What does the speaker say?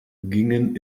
gingen